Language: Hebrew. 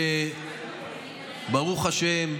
שברוך השם,